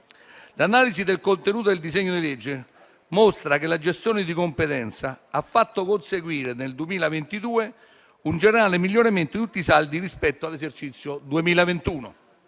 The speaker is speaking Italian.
L'analisi del contenuto del disegno di legge mostra che la gestione di competenza ha fatto conseguire nel 2022 un generale miglioramento di tutti i saldi rispetto all'esercizio 2021.